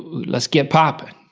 let's get poppin'.